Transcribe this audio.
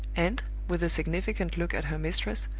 and, with a significant look at her mistress,